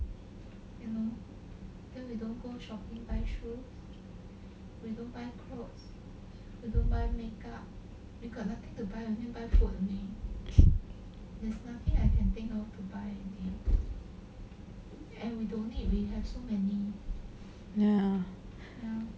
ya